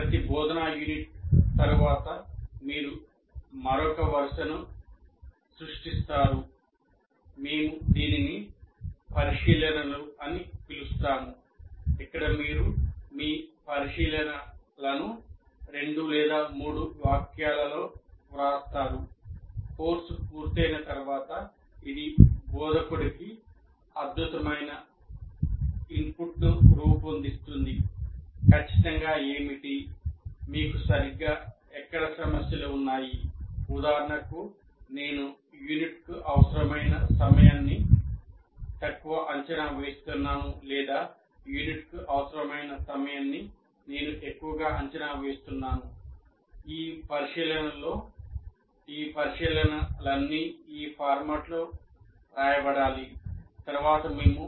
ప్రతి బోధనా యూనిట్ తరువాత మీరు మరొక వరుసను సృష్టిస్తారు కోసం ప్లాన్ చేస్తాము